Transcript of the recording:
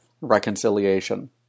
reconciliation